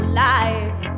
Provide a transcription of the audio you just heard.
life